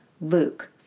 Luke